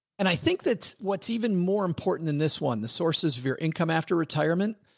and i think that what's even more important than this one, the sources of your income after retirement,